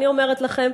אני אומר לכם,